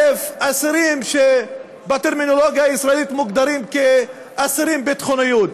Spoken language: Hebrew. אסירים שבטרמינולוגיה הישראלית מוגדרים כאסירים ביטחוניים?